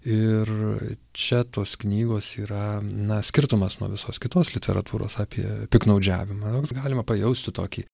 ir čia tos knygos yra na skirtumas nuo visos kitos literatūros apie piktnaudžiavimą nors galima pajausti tokį